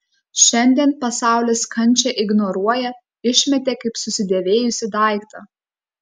šiandien pasaulis kančią ignoruoja išmetė kaip susidėvėjusį daiktą